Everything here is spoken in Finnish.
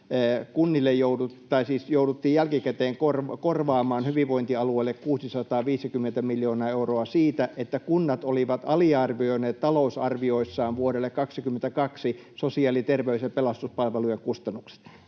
että jouduttiin jälkikäteen korvaamaan hyvinvointialueille 650 miljoonaa euroa siitä, että kunnat olivat aliarvioineet talousarvioissaan vuodelle 22 sosiaali-, terveys- ja pelastuspalveluiden kustannukset.